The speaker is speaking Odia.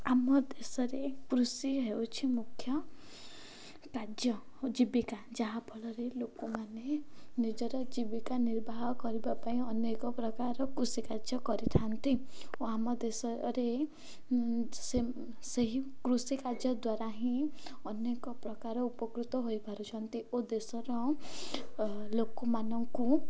ଆମ ଦେଶରେ କୃଷି ହେଉଛି ମୁଖ୍ୟ କାର୍ଯ୍ୟ ଓ ଜୀବିକା ଯାହାଫଳରେ ଲୋକମାନେ ନିଜର ଜୀବିକା ନିର୍ବାହ କରିବା ପାଇଁ ଅନେକ ପ୍ରକାର କୃଷି କାର୍ଯ୍ୟ କରିଥାନ୍ତି ଓ ଆମ ଦେଶରେ ସେ ସେହି କୃଷି କାର୍ଯ୍ୟ ଦ୍ୱାରା ହିଁ ଅନେକ ପ୍ରକାର ଉପକୃତ ହୋଇପାରୁଛନ୍ତି ଓ ଦେଶର ଲୋକମାନଙ୍କୁ